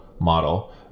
model